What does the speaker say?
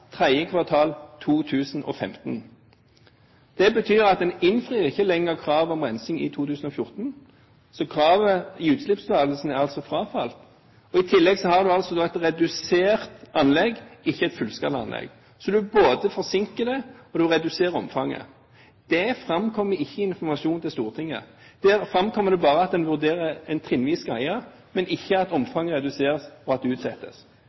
tredje kvartal i 2015. Det betyr at en ikke lenger innfrir kravet om rensing i 2014. Kravet i utslippstillatelsen er altså frafalt. I tillegg har man et redusert anlegg, ikke et fullskalaanlegg, så man både forsinker det og reduserer omfanget. Det framkommer ikke i informasjonen til Stortinget. Der framkommer det bare at en vurderer en trinnvis greie, men ikke at omfanget reduseres og at det utsettes.